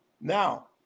now